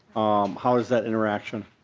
how is that interaction?